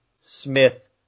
Smith